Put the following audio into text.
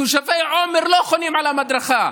תושבי עומר לא חונים על המדרכה,